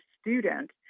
student